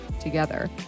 together